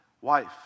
wife